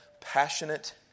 passionate